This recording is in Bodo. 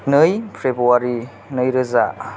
नै फेब्रुवारी नैरोजा